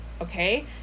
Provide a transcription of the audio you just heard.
okay